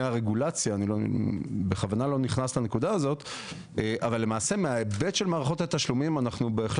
הרגולציה אנחנו בהחלט יכולים לתת מענה מההיבט של מערכות התשלומים.